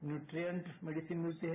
nutrient medicine मिलती हैं